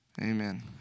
Amen